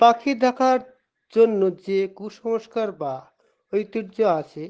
পাখি দেখার জন্য যে কুসংস্কার বা ঐতিহ্য আছে